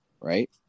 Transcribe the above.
right